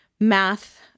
math